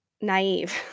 naive